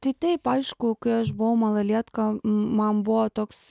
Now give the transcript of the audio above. tai taip aišku kai aš buvau malalietka man buvo toks